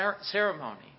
ceremony